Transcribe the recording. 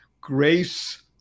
grace